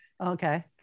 Okay